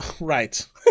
Right